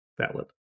valid